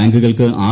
ബാങ്കുകൾക്ക് ആർ